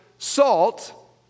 Salt